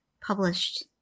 published